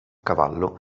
cavallo